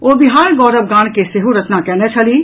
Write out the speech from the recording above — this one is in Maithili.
ओ बिहार गौरव गान के सेहो रचना कयने छलीह